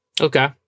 Okay